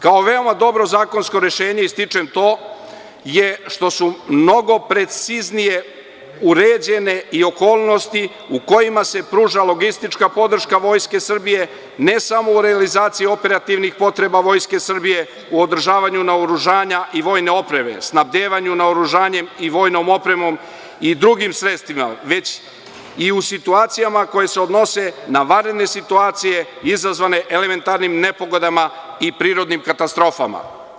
Kao veoma dobro zakonsko rešenje ističem to što su mnogo preciznije uređene i okolnosti u kojima se pruža logistička podrška Vojske Srbije ne samo u realizaciji operativnih potreba Vojske Srbije u održavanju naoružanja i vojne opreme, snabdevanju naoružanjem i vojnom opremom i drugim sredstvima, već i u situacijama koje se odnose na vanredne situacije izazvane elementarnim nepogodama i prirodnim katastrofama.